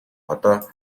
одоо